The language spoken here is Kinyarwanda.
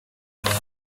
umwana